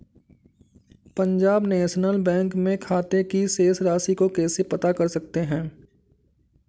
Punjab National Bank में खाते की शेष राशि को कैसे पता कर सकते हैं?